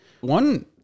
One